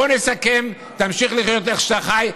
בוא נסכם: תמשיך לחיות איך שאתה חי.